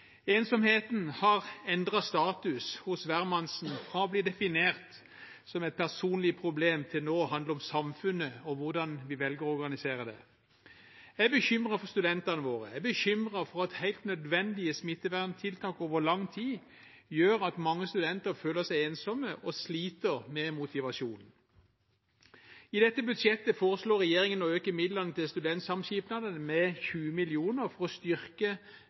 Ensomheten har endret status hos hvermannsen, fra å bli definert som et personlig problem til nå å handle om samfunnet og hvordan vi velger å organisere det. Jeg er bekymret for studentene våre. Jeg er bekymret for at helt nødvendige smitteverntiltak over lang tid gjør at mange studenter føler seg ensomme og sliter med motivasjonen. I dette budsjettet foreslår regjeringen å øke midlene til studentsamskipnadene med 20 mill. kr for å styrke